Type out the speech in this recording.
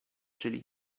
czyli